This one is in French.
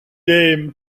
est